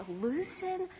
loosen